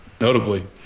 Notably